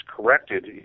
corrected